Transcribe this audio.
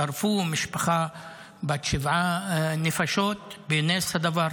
שרפו משפחה בת שבעה נפשות, בנס הדבר